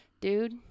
dude